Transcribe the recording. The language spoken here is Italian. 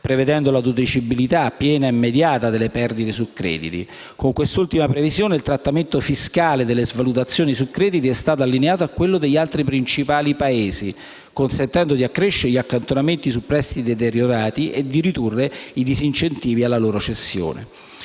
prevedendo la deducibilità piena e immediata delle perdite su crediti. Con quest'ultima previsione il trattamento fiscale delle svalutazioni sui crediti è stato allineato a quello degli altri principali Paesi, consentendo di accrescere gli accantonamenti sui prestiti deteriorati e di ridurre i disincentivi alla loro cessione.